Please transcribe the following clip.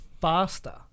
faster